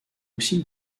aussi